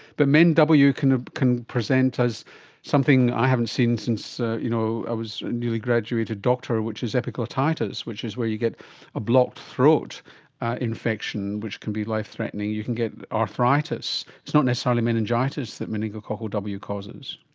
but men w can ah can present as something i haven't seen since ah you know i was a newly graduated doctor which is epiglottitis, which is where you get a blocked throat infection which can be life threatening, you can get arthritis. it's not necessarily meningitis that meningococcal w causes.